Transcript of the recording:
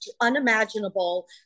unimaginable